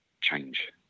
change